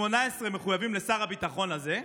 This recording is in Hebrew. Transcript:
18 מחויבים לשר הביטחון הזה,